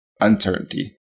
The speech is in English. uncertainty